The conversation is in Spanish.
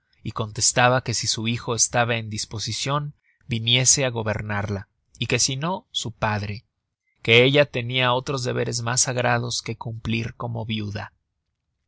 y contestaba que si su hijo estaba en disposicion viniese á gobernarla y que si no su padre que ella tenia otros deberes mas sagrados que cumplir como viuda